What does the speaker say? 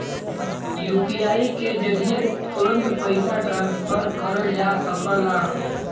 UPI के जरिये तुरंत पइसा ट्रांसफर करल जा सकला